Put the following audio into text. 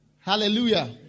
Hallelujah